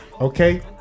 Okay